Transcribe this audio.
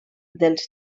dels